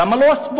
למה לא הספורט?